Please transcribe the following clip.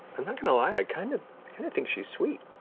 i'm not going to lie. ah kind of and think she's sweet.